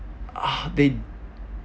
ah they